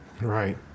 Right